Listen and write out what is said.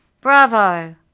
Bravo